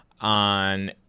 on